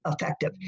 effective